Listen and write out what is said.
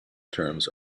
terms